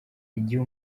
igihe